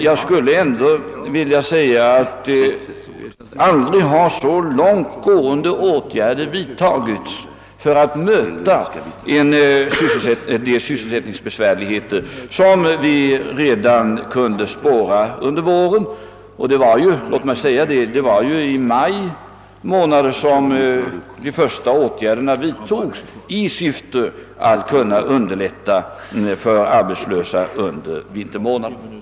Jag vill också framhålla att aldrig har så långt gående åtgärder vidtagits som nu för att möta de sysselsättningsbesvärligheter som kunde spåras redan under våren. De första åtgärderna vidtogs ju i maj månad i syfte att underlätta situationen för arbetslösa under vintermånaderna.